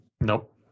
Nope